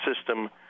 system